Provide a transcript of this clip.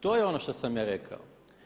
To je ono što sam ja rekao.